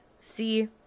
See